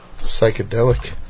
Psychedelic